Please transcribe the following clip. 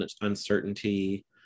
uncertainty